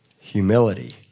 humility